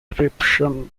decryption